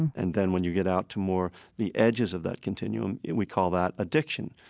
and then when you get out to more the edges of that continuum, we call that addiction.